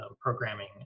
programming